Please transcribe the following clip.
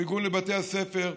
המיגון לבתי הספר.